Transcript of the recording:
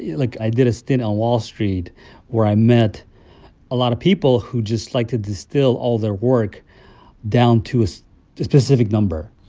like, i did a stint on wall street where i met a lot of people who just like to distill all their work down to a so specific number.